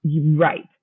Right